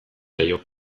zaio